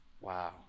Wow